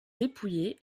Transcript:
dépouillé